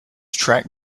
track